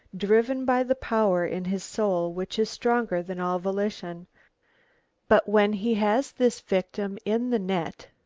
driven by the power in his soul which is stronger than all volition but when he has this victim in the net,